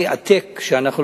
באופן עקבי,